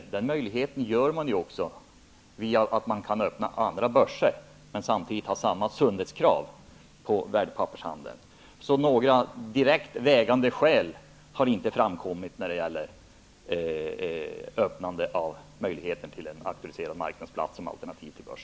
Sådana möjligheter finns ju genom att man kan öppna andra börser, samtidigt som samma sundhetskrav ställs på värdepappershandel. Några tungt vägande skäl finns inte för öppnandet av möjligheter till auktoriserade marknadsplatser som alternativ till börs.